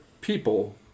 people